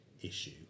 issue